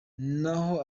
naho